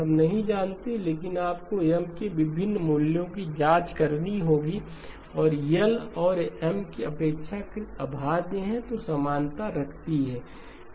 हम नहीं जानते हैं लेकिन आपको M के विभिन्न मूल्यों की जांच करनी होगी और यदि L और M अपेक्षाकृत अभाज्य हैं तो समानता रखती है